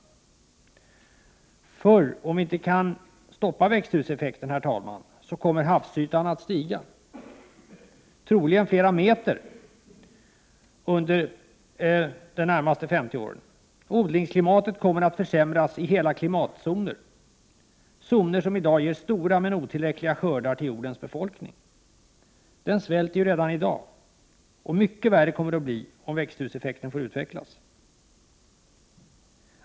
Om vi inte kan stoppa växthuseffekten, herr talman, kommer havsytan att stiga, troligen flera meter de närmaste 50 åren. Odlingsklimatet kommer att försämras i hela klimatzoner, zoner som i dag ger stora men otillräckliga skördar till jordens befolkning. Den svälter ju redan i dag, och mycket värre kommer det att bli om växthuseffekten får utvecklas.